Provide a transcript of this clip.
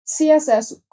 css